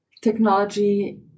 Technology